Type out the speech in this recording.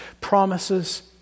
promises